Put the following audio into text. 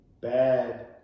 bad